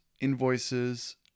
invoices